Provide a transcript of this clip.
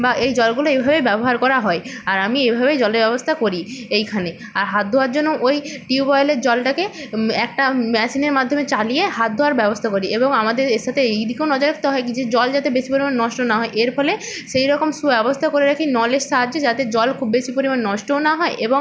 বা এই জলগুলো এভাবেই ব্যবহার করা হয় আর আমি এভাবেই জলের ব্যবস্থা করি এইখানে আর হাত ধোওয়ার জন্য ওই টিউবওয়েলের জলটাকে একটা মেশিনের মাধ্যমে চালিয়ে হাত ধোওয়ার ব্যবস্থা করি এবং আমাদের এর সাথে এই দিকেও নজর রাখতে কি যে জল যাতে বেশি পরিমাণ নষ্ট না হয় এর ফলে সেই রকম সুব্যবস্থা করে রাখি নলের সাহায্যে যাতে জল খুব বেশি পরিমাণ নষ্টও না হয় এবং